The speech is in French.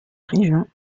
région